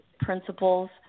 principles